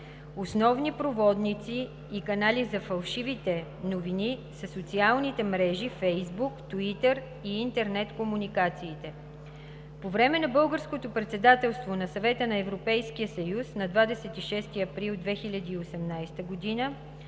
Основни проводници и канали за фалшивите новини са социалните мрежи „Фейсбук“, „Туитър“ и интернет комуникациите. По време на Българското председателство на Съвета на Европейския съюз на 26 април 2018 г.